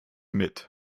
mit